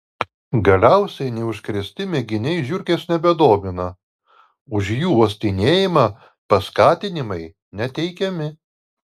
galiausiai neužkrėsti mėginiai žiurkės nebedomina už jų uostinėjimą paskatinimai neteikiami